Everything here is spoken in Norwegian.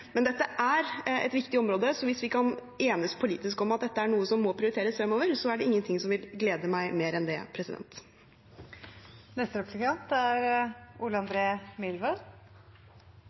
Men dette er et viktig område, så hvis vi kan enes politisk om at dette er noe som må prioriteres fremover, er det ingen ting som vil glede meg mer enn det. Jeg vil også uttrykke glede over at statsråden er